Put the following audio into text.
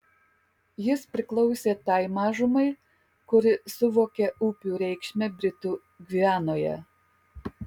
jis priklausė tai mažumai kuri suvokė upių reikšmę britų gvianoje